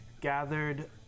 gathered